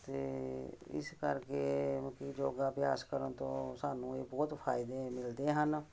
ਅਤੇ ਇਸ ਕਰਕੇ ਮਤਲਬ ਕਿ ਯੋਗਾ ਅਭਿਆਸ ਕਰਨ ਤੋਂ ਸਾਨੂੰ ਇਹ ਬਹੁਤ ਫਾਇਦੇ ਮਿਲਦੇ ਹਨ